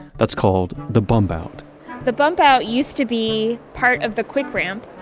that's called the bump-out the bump-out used to be part of the quick ramp.